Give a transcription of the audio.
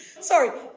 Sorry